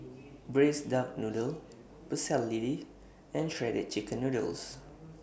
Braised Duck Noodle Pecel Lele and Shredded Chicken Noodles